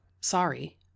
Sorry